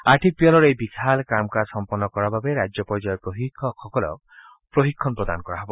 আৰ্থিক পিয়লৰ এই বিশাল কাম কাজ সম্পন্ন কৰাৰ বাবে ৰাজ্য পৰ্য্যায়ৰ প্ৰশিক্ষকসকলক প্ৰশিক্ষণ প্ৰদান কৰা হ'ব